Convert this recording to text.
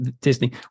Disney